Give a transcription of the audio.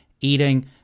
eating